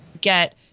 get